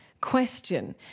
question